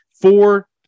Four